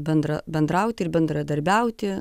bendra bendrauti ir bendradarbiauti